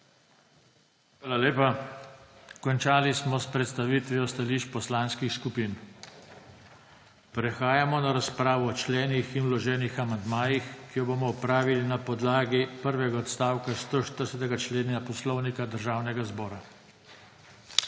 Hvala lepa. Končali smo s predstavitvijo stališč poslanskih skupin. Prehajamo na razpravo o členih in vloženih amandmajih, ki jo bomo opravili na podlagi prvega odstavka 140. člena Poslovnika Državnega zbora.